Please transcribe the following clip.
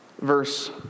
Verse